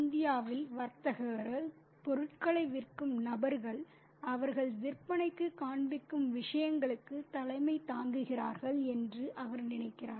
இந்தியாவில் வர்த்தகர்கள் பொருட்களை விற்கும் நபர்கள் அவர்கள் விற்பனைக்குக் காண்பிக்கும் விஷயங்களுக்கு தலைமை தாங்குகிறார்கள் என்று அவர் நினைக்கிறார்